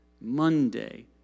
Monday